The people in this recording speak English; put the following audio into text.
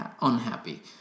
unhappy